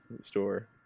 store